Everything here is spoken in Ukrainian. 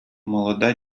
молода